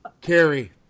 Carrie